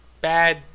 bad